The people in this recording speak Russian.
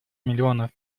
миллионов